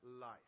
life